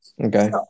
Okay